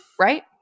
right